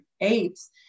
apes